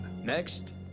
Next